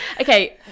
Okay